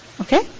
Okay